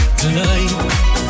tonight